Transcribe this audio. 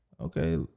Okay